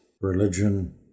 religion